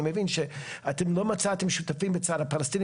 אני מבין שלא מצאתם שותפים מהצד הפלסטיני